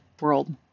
world